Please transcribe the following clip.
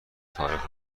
تاریخ